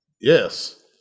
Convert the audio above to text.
Yes